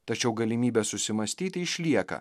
tačiau galimybė susimąstyti išlieka